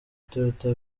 toyota